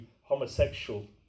homosexual